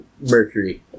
Mercury